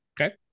Okay